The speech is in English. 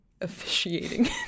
officiating